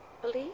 Police